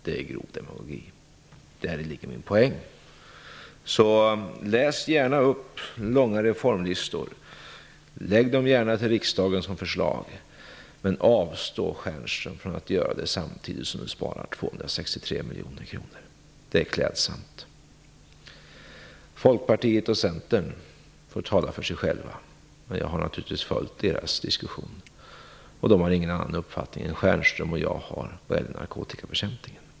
Det är grov demagogi. Däri ligger min poäng. Läs gärna upp långa reformlistor, lägg gärna fram dem som förslag i riksdagen, men, Michael Stjernström, avstå från att göra det samtidigt som det sparas 263 miljoner kronor. Det vore klädsamt. Folkpartiet och Centern får tala för sig själva, men jag har naturligtvis följt deras diskussion. De har ingen annan uppfattning än vad Michael Stjernström och jag har vad gäller narkotikabekämpningen.